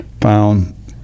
found